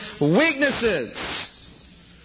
weaknesses